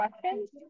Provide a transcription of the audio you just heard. questions